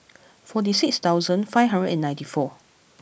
forty six thousand five hundred and ninety four